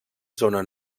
zona